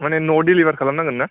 माने न'आव डिलिभार खालामनांगोन ना